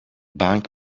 bank